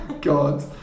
god